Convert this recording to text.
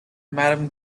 madam